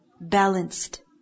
Balanced